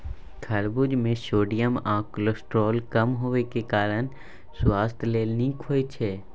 खरबुज मे सोडियम आ कोलेस्ट्रॉल कम हेबाक कारणेँ सुआस्थ लेल नीक होइ छै